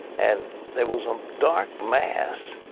and there was a dark mass.